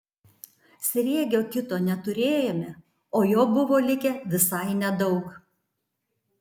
sriegio kito neturėjome o jo buvo likę visai nedaug